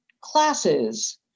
classes